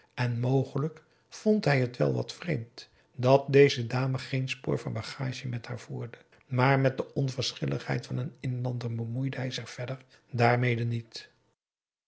en mogelijk vond hij t wel wat vreemd dat deze dame geen spoor van bagage met haar voerde maar met de onverschilligheid van een inlander bemoeide hij zich verder daarmede niet